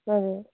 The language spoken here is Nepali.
हजुर